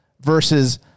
versus